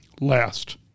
last